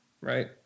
right